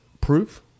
Proof